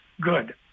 Good